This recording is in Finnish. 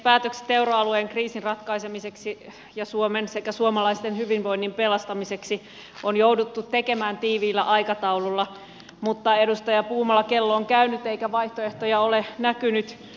päätökset euroalueen kriisin ratkaisemiseksi ja suomen sekä suomalaisten hyvinvoinnin pelastamiseksi on jouduttu tekemään tiiviillä aikataululla mutta edustaja puumala kello on käynyt eikä vaihtoehtoja ole näkynyt